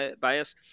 bias